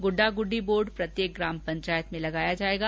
गुड्डा गुड्डी बोर्ड प्रत्येक ग्राम पंचायत में लगाया जाएगा